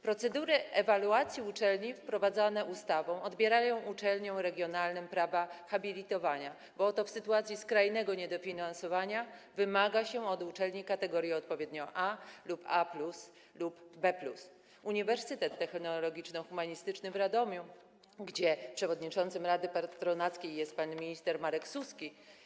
Procedury ewaluacji uczelni wprowadzane ustawą odbierają uczelniom regionalnym prawa habilitowania, bo oto w sytuacji skrajnego niedofinansowania wymaga się od uczelni kategorii odpowiednio A lub A+, lub B+. Uniwersytet Technologiczno-Humanistyczny w Radomiu, gdzie przewodniczącym rady patronackiej jest pan minister Marek Suski.